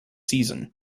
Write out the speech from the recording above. season